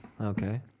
Okay